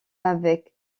avec